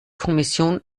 kommission